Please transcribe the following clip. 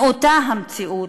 מאותה המציאות,